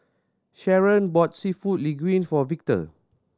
Sharron bought Seafood Linguine for Victor